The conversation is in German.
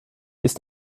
ist